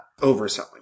overselling